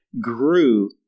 grew